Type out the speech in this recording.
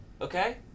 Okay